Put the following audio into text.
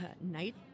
Night